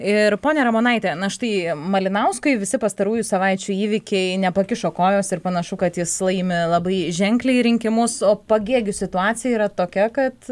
ir ponia ramonaite na štai malinauskui visi pastarųjų savaičių įvykiai nepakišo kojos ir panašu kad jis laimi labai ženkliai rinkimus o pagėgių situacija yra tokia kad